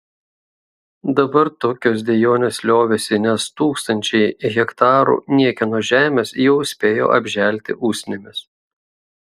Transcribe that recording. dabar tokios dejonės liovėsi nes tūkstančiai hektarų niekieno žemės jau spėjo apželti usnimis